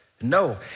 No